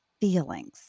feelings